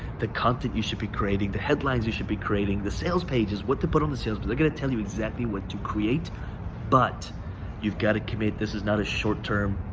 the content you should be creating, the headlines you should be creating, the sales pages, what to put on the sales pages. but they're gonna tell you exactly what to create but you've gotta commit. this is not a short-term,